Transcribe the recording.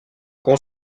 qu’on